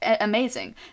amazing